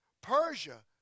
Persia